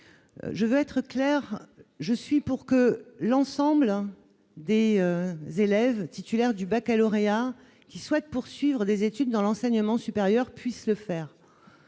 je veux être clair, je suis pour que l'ensemble des élèves titulaires du Baccalauréat qui souhaite poursuivre des études dans l'enseignement supérieur puisse le faire,